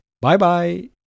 Bye-bye